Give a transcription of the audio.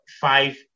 five